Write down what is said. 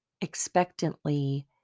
expectantly